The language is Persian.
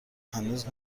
هنوز